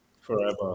forever